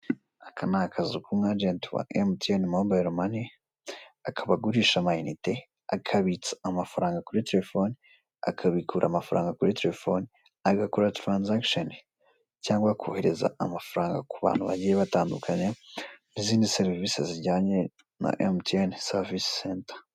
Aka ni akazu k'umu agenti wa emutiyeni mobayiro mani akaba agurisha ama inite, akabitsa amafaranga kuri telefone, akabikura amafaranga kuri telefone, agakora taranzagishoni cyangwa akohereza amafaranga kubantu bagiye batandukanye n'izindi serivisi zijyanye na emutiyeni savisi senta.